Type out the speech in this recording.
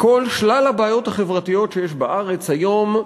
מכל שלל הבעיות החברתיות שיש בארץ היום,